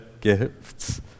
gifts